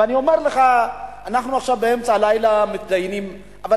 ואני אומר לך, אנחנו עכשיו מתדיינים באמצע הלילה.